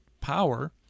power